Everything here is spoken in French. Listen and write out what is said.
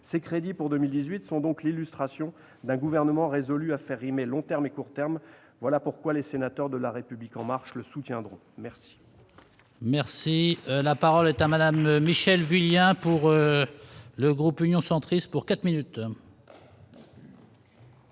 Ces crédits pour 2018 sont donc l'illustration d'un gouvernement résolu à faire rimer long terme et court terme ; voilà pourquoi les sénateurs du groupe La République En Marche le soutiendront. La